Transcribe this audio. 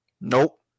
Nope